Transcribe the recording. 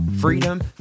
freedom